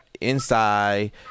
inside